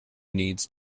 needs